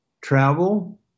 Travel